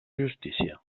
justícia